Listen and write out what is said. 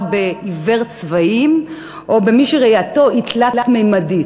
בעיוור צבעים או במי שראייתו תלת-ממדית.